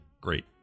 great